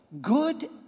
good